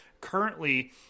currently